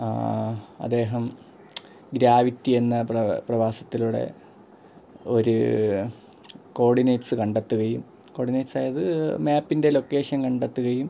അദ്ദേഹം ഗ്രാവിറ്റി എന്ന പ്ര പ്രവാസത്തിലൂടെ ഒരു കോഡിനേറ്റ്സ് കണ്ടെത്തുകയും കോഡിനേറ്റ്സ് അതായത് മാപ്പിൻ്റെ ലൊക്കേഷൻ കണ്ടെത്തുകയും